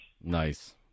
Nice